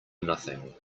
nothing